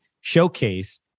showcase